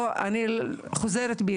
אני חוזרת בי,